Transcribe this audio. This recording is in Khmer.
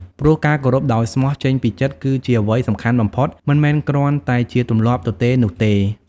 ព្រោះការគោរពដោយស្មោះចេញពីចិត្តគឺជាអ្វីសំខាន់បំផុត មិនមែនគ្រាន់តែជាទម្លាប់ទទេនោះទេ។